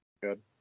Good